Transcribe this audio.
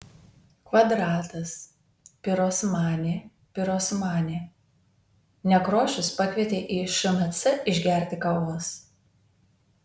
kvadratas pirosmani pirosmani nekrošius pakvietė į šmc išgerti kavos